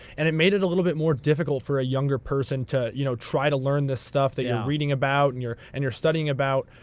and it made it a little bit more difficult for a younger person to you know try to learn this stuff that you're yeah reading about and you're and you're studying about.